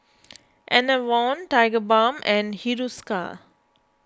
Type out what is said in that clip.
Enervon Tigerbalm and Hiruscar